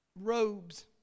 robes